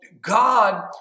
God